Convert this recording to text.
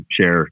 share